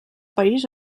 país